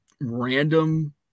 random